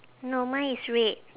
no mine is red